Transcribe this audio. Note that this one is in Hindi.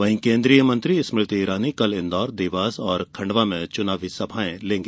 वहीं केन्द्रीय मंत्री स्मृति रानी कल इन्दौर देवास और खंडवा में चुनावी सभाएं लेंगी